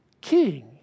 king